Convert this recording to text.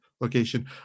location